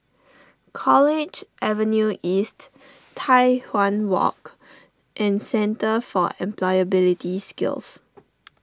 College Avenue East Tai Hwan Walk and Centre for Employability Skills